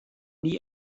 nie